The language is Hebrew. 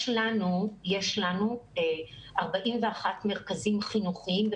יש לנו 41 מרכזים חינוכיים,